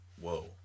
whoa